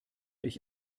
ich